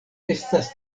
estas